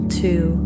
two